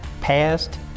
past